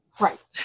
right